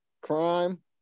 crime